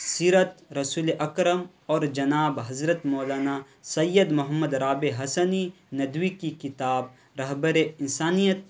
سیرت رسول اکرم اور جناب حضرت مولانا سید محمد رابع حسنی ندوی کی کتاب رہبر انسانیت